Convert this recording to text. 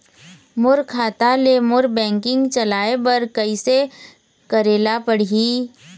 मोर खाता ले मोर बैंकिंग चलाए बर कइसे करेला पढ़ही?